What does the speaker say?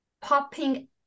popping